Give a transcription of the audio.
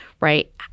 right